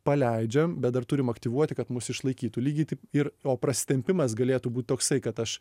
paleidžiam bet dar turim aktyvuoti kad mus išlaikytų lygiai taip ir o prasitempimas galėtų būt toksai kad aš